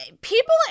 people